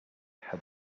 had